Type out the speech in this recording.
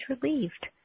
relieved